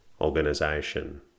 organization